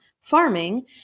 farming